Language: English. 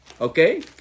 okay